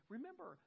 Remember